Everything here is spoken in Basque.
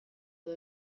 edo